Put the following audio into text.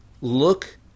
look